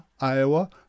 Iowa